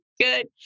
good